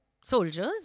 soldiers